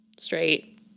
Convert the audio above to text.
straight